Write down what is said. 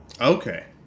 Okay